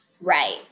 Right